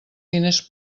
diners